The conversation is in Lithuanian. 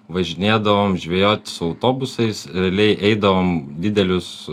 važinėdavom žvejot su autobusais realiai eidavome didelius